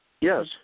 Yes